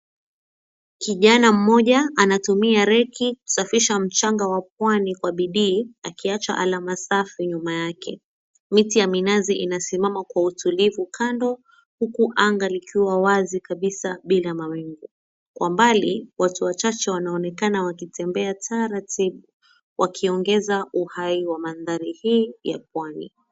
Kijana mmoja anatumia reki kusafisha mchanga kwa bidii akiacha usafi nyuma yake. Miti ya minazi imesimama kwa utulivu kando huku anga likiwa wazi sana bila mawingu kwa mbali, watu wachache wanaonekana wakitembea kwa utaratibu wakiongeza mandhari hii ya Pwani.